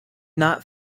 not